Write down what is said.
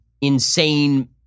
insane